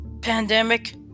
pandemic